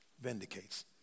vindicates